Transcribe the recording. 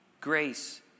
Grace